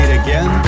again